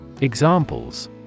Examples